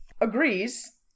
agrees